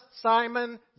Simon